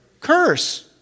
curse